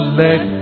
let